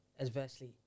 adversely